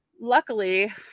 luckily